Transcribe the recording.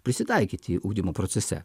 prisitaikyti ugdymo procese